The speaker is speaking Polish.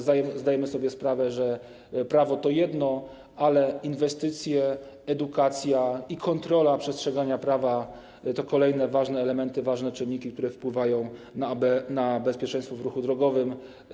Zdajemy sobie sprawę z tego, że prawo to jedno, ale inwestycje, edukacja i kontrola przestrzegania prawa to kolejne ważne elementy, ważne czynniki, które wpływają na bezpieczeństwo w ruchu drogowym.